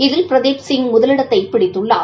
இதில் பிரதீப் சிங் முதலிடத்தை பிடித்துள்ளார்